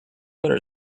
butter